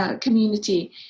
community